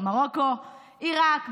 מרוקו, עיראק.